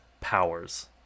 powers